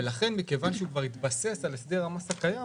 מכיוון שהוא כבר התבסס על הסדר המס הקיים,